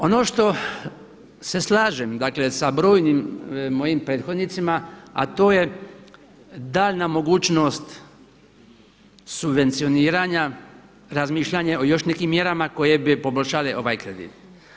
Ono što se slažem sa brojnim mojim prethodnicima, a to je danja mogućnost subvencioniranja razmišljanja o još nekim mjerama koje bi poboljšale ovaj kredit.